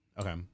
Okay